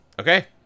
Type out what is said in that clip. Okay